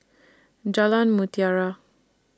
Jalan Mutiara